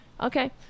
Okay